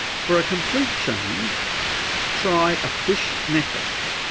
for a complete change try a fish necklace.